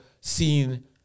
seen